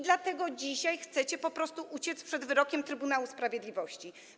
Dlatego dzisiaj chcecie po prostu uciec przed wyrokiem Trybunału Sprawiedliwości.